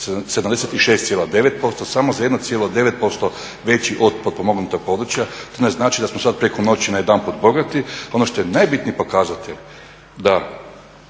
76,9%, samo za 1,9% veći od potpomognutog područja to ne znači da smo sada preko noći najedanput bogati. Ono što je najbitniji pokazatelj da